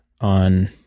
on